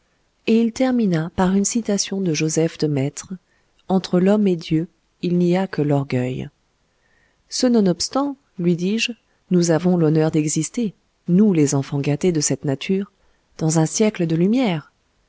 et il termina par une citation de joseph de maistre entre l'homme et dieu il n'y a que l'orgueil ce nonobstant lui dis-je nous avons l'honneur d'exister nous les enfants gâtés de cette nature dans un siècle de lumières